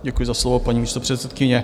Děkuji za slovo, paní místopředsedkyně.